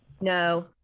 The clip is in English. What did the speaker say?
No